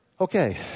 Okay